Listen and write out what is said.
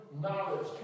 knowledge